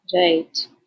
Right